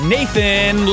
Nathan